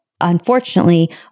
unfortunately